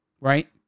right